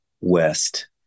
West